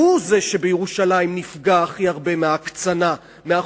שהוא זה שנפגע הכי הרבה מההקצנה בירושלים,